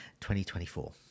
2024